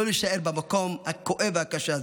לא נישאר במקום הכואב והקשה הזה.